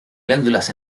glándulas